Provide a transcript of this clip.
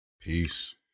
Peace